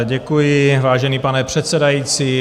Děkuji, vážený pane předsedající.